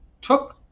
took